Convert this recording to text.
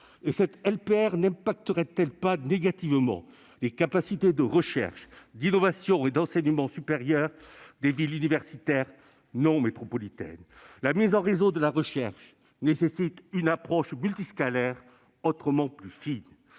? Cette LPPR n'impacterait-elle pas négativement les capacités de recherche, d'innovation et d'enseignement supérieur des villes universitaires non métropolitaines ? La mise en réseau de la recherche nécessite une approche multiscalaire autrement plus fine.